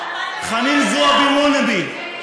חנין זועבי wannabe,